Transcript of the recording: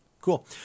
Cool